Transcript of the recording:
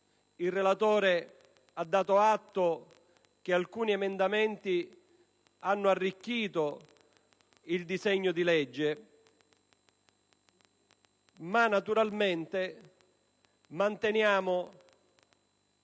il relatore ha dato atto che alcuni emendamenti hanno arricchito il disegno di legge, ma naturalmente manteniamo